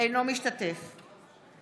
אינו משתתף בהצבעה